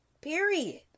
Period